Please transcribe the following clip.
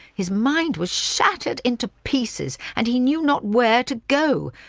his mind was shattered into pieces and he knew not where to go!